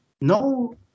no